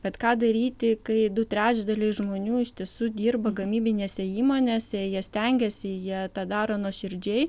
bet ką daryti kai du trečdaliai žmonių iš tiesų dirba gamybinėse įmonėse jie stengiasi jie tą daro nuoširdžiai